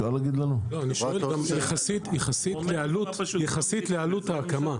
יחסית לעלות ההקמה.